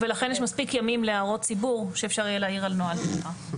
ולכן יש מספיק ימים להערות ציבור שאפשר יהיה להעיר על נוהל התמיכה.